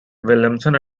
williamson